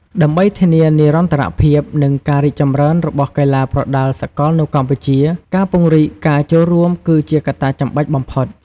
ដើម្បីធានានិរន្តរភាព និងការរីកចម្រើនរបស់កីឡាប្រដាល់សកលនៅកម្ពុជា ការពង្រីកការចូលរួមគឺជាកត្តាចាំបាច់បំផុត។